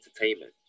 entertainment